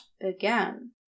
again